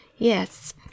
Yes